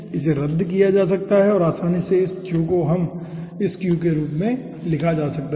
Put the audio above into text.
इसे रद्द किया जा सकता है और आसानी से इस Q को अब इस Q के रूप में लिखा जा सकता है